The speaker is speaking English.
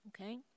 Okay